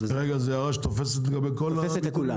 רגע, זאת הערה שתופסת לגבי כל התיקונים?